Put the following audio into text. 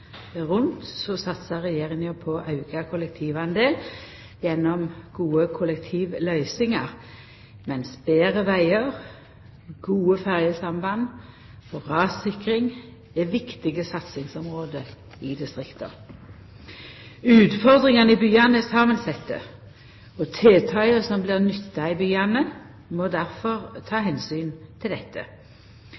rundt satsar Regjeringa på auka kollektivdel gjennom gode kollektivløysingar, mens betre vegar, gode ferjesamband og rassikring er viktige satsingsområde i distrikta. Utfordringane i byane er samansette, og tiltaka som blir nytta i byane, må difor ta